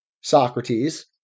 Socrates